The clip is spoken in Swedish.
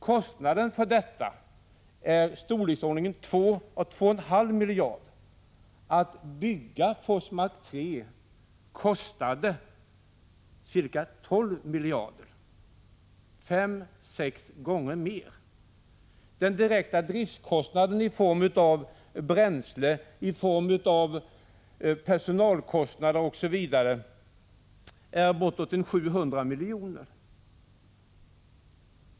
Kostnaden för detta är 2-2 1 år för Forsmark 3.